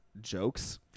jokes